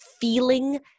feeling